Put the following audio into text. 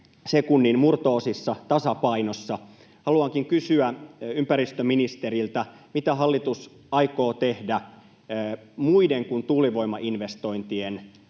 sekunnin murto-osissa, tasapainossa. Haluankin kysyä ympäristöministeriltä: mitä hallitus aikoo tehdä muiden kuin tuulivoimainvestointien